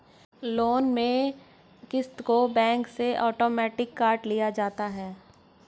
loan में क़िस्त को बैंक से आटोमेटिक काट लिया जाता है